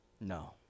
No